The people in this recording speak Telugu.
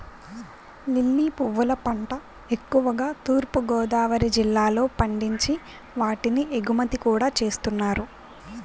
లిల్లీ పువ్వుల పంట ఎక్కువుగా తూర్పు గోదావరి జిల్లాలో పండించి వాటిని ఎగుమతి కూడా చేస్తున్నారు